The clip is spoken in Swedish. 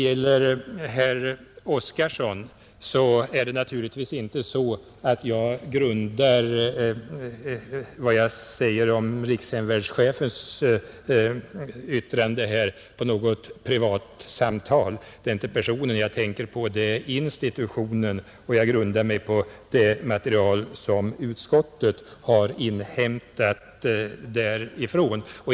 Till herr Oskarson vill jag säga att det naturligtvis inte är så att vad jag säger om rikshemvärnschefens yttrande är grundat på något privatsamtal. Det är inte personen jag tänker på, det är institutionen, och jag stöder mig på det material som utskottet har inhämtat.